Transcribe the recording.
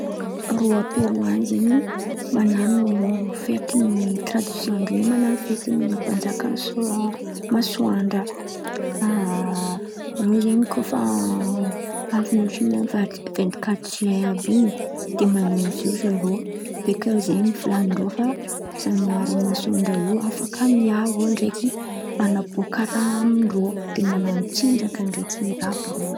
Rô a peroa an̈y zen̈y, man̈ano fety tradision hoe fetin ny mpanjaka sorana masoandra. A rô zen̈y kà fa avin'ny otrany vadiky vintikaty join àby in̈y, de man̈ano izo zarô. Beka zen̈y volan̈in-drô fa zanaharin ny masoandra io, afaka miarô iro, ndraiky man̈aboaka raha am-dro. De man̈ano tsinjaka, ndraiky rà àby rô!